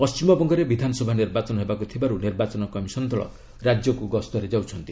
ପଶ୍ଚିମବଙ୍ଗରେ ବିଧାନସଭା ନିର୍ବାଚନ ହେବାକୁ ଥିବାରୁ ନିର୍ବାଚନ କମିଶନ୍ ଦଳ ରାଜ୍ୟକୁ ଗସ୍ତରେ ଯାଉଛନ୍ତି